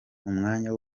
umwanya